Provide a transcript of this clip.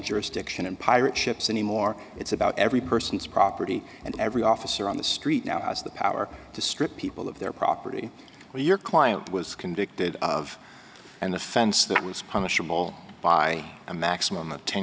jurisdiction and pirate ships anymore it's about every person's property and every officer on the street now has the power to strip people of their property where your client was convicted of and offense that was punishable by a maximum of ten